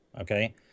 Okay